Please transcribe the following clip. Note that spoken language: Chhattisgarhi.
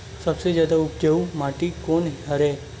सबले जादा उपजाऊ माटी कोन हरे?